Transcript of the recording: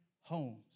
homes